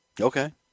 Okay